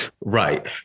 Right